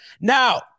Now